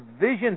vision